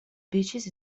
beaches